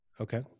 Okay